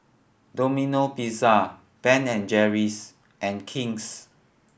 Domino Pizza Ben and Jerry's and King's